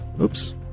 Oops